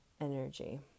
energy